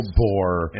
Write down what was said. bore